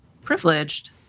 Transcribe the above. privileged